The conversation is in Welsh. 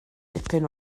dipyn